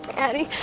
addie.